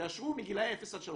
תאשרו מגילאי אפס עד שלוש.